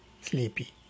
sleepy